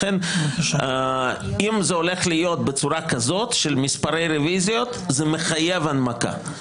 לכן אם זה הולך להיות בצורה כזאת של מספרי רוויזיות זה מחייב הנמקה.